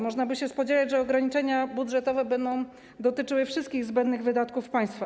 Można by się spodziewać, że ograniczenia budżetowe będą dotyczyły wszystkich zbędnych wydatków państwa.